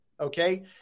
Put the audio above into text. Okay